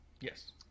Yes